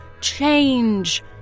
change